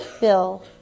Bill